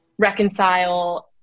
reconcile